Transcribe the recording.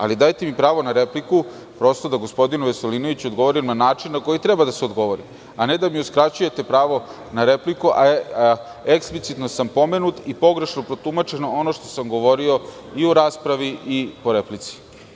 Ali, dajte mi pravo na repliku, prosto da gospodinu Veselinoviću odgovorim na način na koji treba da se odgovori, a ne da mi uskraćujete pravo na repliku, a eksplicitno sam pomenut i pogrešno je protumačeno ono što sam govorio i u raspravi i po replici.